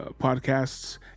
podcasts